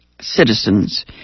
citizens